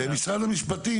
משרד המשפטים,